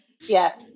yes